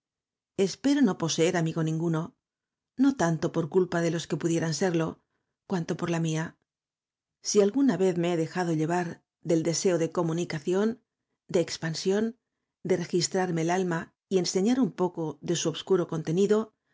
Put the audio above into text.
espero no poseer amigo ninguno no tanto por culpa de los que pudieran serlo cuanto por la mía si alguna vez me he dejado llevar del deseo de comunicación de expansión de registrarme el alma y enseñar un poco de su obscuro contenido